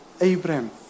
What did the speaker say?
Abraham